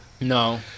No